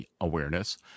Awareness